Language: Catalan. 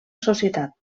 societat